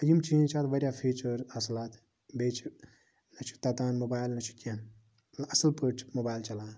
یِم چیٖز چھ اَتھ واریاہ فیٖچر اصٕل اَتھ بیٚیہِ چھُ نہَ چھُ تَتان موبایل نہَ چھُ کیٚنٛہہ نہَ اَصٕل پٲٹھۍ چھُ موبایل چَلان